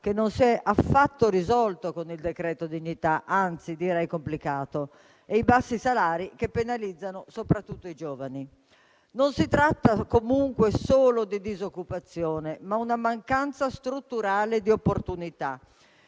che non si è affatto risolta con il decreto dignità, anzi, direi che si è complicata, e i bassi salari, che penalizzano soprattutto i giovani. Non si tratta comunque solo di disoccupazione, ma proprio di una mancanza strutturale di opportunità